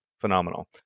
phenomenal